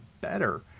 better